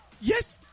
Yes